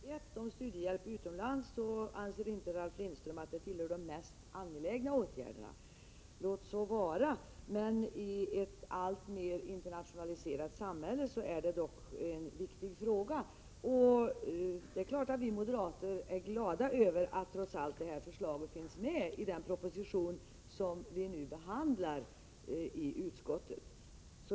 Herr talman! När det gäller vår reservation nr 1, om studiehjälp utomlands, anser inte Ralf Lindström att detta tillhör det mest angelägna. Låt vara, men i ett alltmer internationaliserat samhälle är det ändå en viktig fråga. Det är klart att vi moderater är glada över att det här förslaget trots allt finns med i den proposition som vi nu behandlar i utskottet.